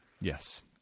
Yes